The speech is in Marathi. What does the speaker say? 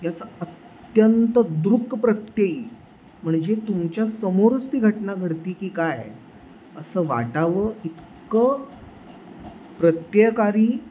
याचा अत्यंत दृक प्रत्ययी म्हणजे तुमच्या समोरच ती घटना घडते आहे की काय असं वाटावं इतकं प्रत्ययकारी